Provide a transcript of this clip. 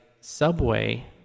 Subway